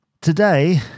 today